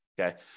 Okay